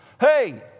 Hey